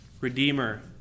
Redeemer